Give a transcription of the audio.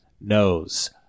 knows